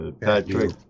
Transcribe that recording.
Patrick